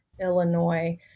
Illinois